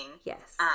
Yes